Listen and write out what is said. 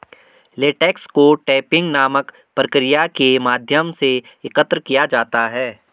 latex को tapping नामक प्रक्रिया के माध्यम से एकत्र किया जाता है